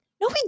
no